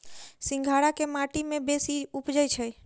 सिंघाड़ा केँ माटि मे बेसी उबजई छै?